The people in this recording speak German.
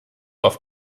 auf